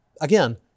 again